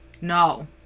No